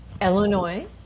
Illinois